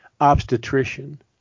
obstetrician